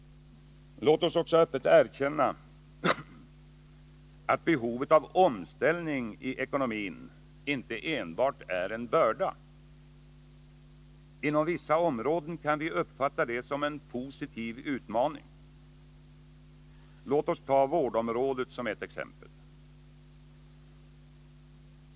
Låt oss också öppet erkänna att behovet av omställning i ekonomin inte enbart är en börda. Inom vissa områden kan vi uppfatta det som en positiv utmaning. Låt oss ta vårdområdet som ett exempel.